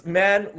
man